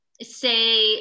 say